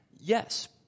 yes